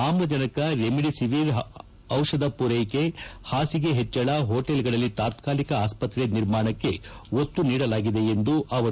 ಆಮ್ಲಜನಕ ರೆಮಿಡಿಸಿವಿರ್ ದಿಷಧ ಪೂರೈಕೆ ಹಾಸಿಗೆ ಹೆಚ್ಚಳ ಹೋಟೆಲ್ ಗಳಲ್ಲಿ ತಾತ್ಕಾಲಿಕ ಆಸ್ಪತ್ರೆ ನಿರ್ಮಾಣಕ್ಕೆ ಒತ್ತು ನೀಡಲಾಗಿದೆ ಎಂದರು